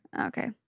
okay